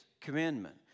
commandment